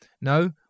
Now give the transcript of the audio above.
No